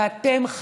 ואתם,